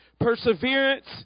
Perseverance